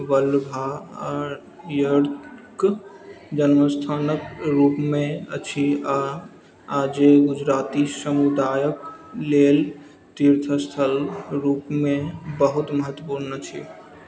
वल्लभायर्क जन्मस्थानक रूपमे अछि आ आ जे गुजराती समुदायक लेल तीर्थस्थल रूपमे बहुत महत्वपूर्ण अछि